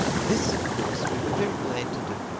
this of course we were very glad to do.